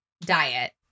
diet